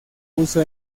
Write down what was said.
puso